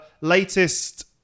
latest